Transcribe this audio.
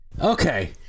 Okay